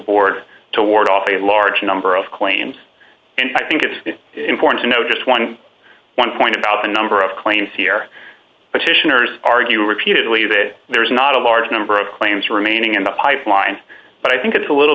board to ward off a large number of claims and i think it's important to note just eleven point about the number of claims here but stationers argue repeatedly that there is not a large number of claims remaining in the pipeline but i think it's a little